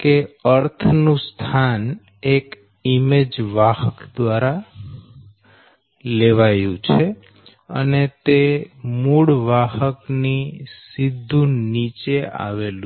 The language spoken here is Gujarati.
કે નું સ્થાન એક ઈમેજ વાહક દ્વારા લેવાયું છે અને તે મૂળ વાહક ની સીધું નીચે આવેલું છે